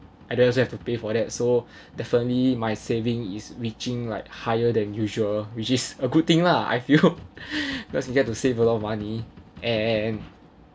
I don't have to pay for that so definitely my saving is reaching like higher than usual which is a good thing lah I feel because you get to save a lot of money and